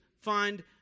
find